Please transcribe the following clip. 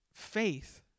faith